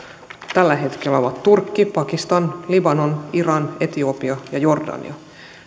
tällä hetkellä turkki pakistan libanon iran etiopia ja jordania